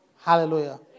Hallelujah